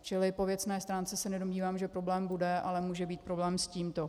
Čili po věcné stránce se nedomnívám, že problém bude, ale může být problém s tímto.